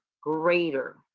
greater